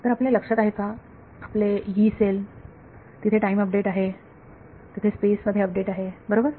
तर आपल्या लक्षात आहे का आपले यी सेल तिथे टाइम मध्ये अपडेट आहे तिथे स्पेस मध्ये अपडेट आहे बरोबर